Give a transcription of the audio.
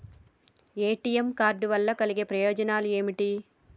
ATM card వల్ల కలిగే ప్రయోజనాలు ఏమిటి?